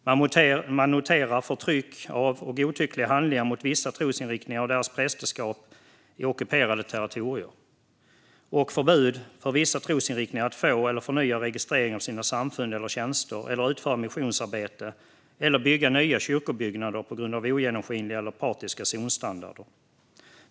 Man noterar förtryck av och godtyckliga handlingar mot vissa trosinriktningar och deras prästerskap i ockuperade territorier och förbud för vissa trosinriktningar att registrera eller förnya registreringen av sina samfund eller tjänster, utföra missionsarbete eller bygga nya kyrkobyggnader på grund av ogenomskinliga eller partiska "zonstandarder".